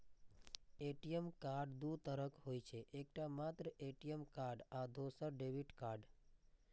ATM card दू तरहक होइ छै, एकटा मात्र ए.टी.एम कार्ड आ दोसर डेबिट कार्ड